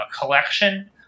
collection